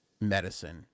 medicine